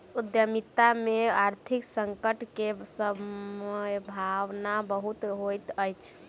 उद्यमिता में आर्थिक संकट के सम्भावना बहुत होइत अछि